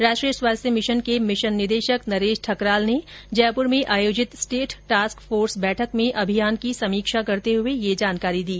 राष्ट्रीय स्वास्थ्य मिशन के मिशन निदेशक नरेश ठकराल ने जयपूर में आयोजित स्टेट टास्क फोर्स बैठक में अभियान की समीक्षा करते हुए ये जानकारी दी